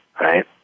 right